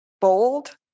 bold